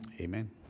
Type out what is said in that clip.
Amen